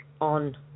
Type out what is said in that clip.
on